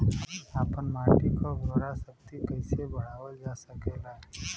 आपन माटी क उर्वरा शक्ति कइसे बढ़ावल जा सकेला?